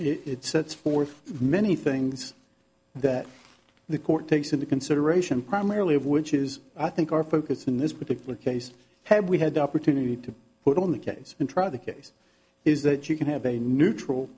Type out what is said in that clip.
it sets forth many things that the court takes into consideration primarily of which is i think our focus in this particular case had we had the opportunity to put on the case and try the case is that you can have a neutral